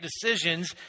decisions